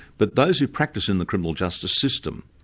but those who practise in the criminal justice system,